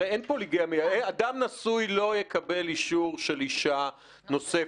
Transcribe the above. אדם נשוי לא יקבל אישור לאישה נוספת.